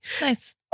Nice